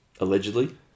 Allegedly